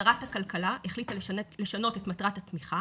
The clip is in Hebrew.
שרת הכלכלה החליטה לשנות את מטרת התמיכה